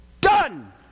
done